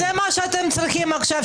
זה מה שאתם צריכים עכשיו,